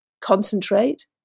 concentrate